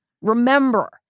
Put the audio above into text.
remember